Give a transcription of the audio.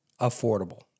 affordable